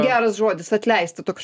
geras žodis atleisti toks